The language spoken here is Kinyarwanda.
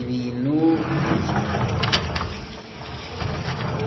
Ibintu byinshi cyane biri mu nyubako,